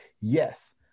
yes